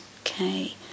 Okay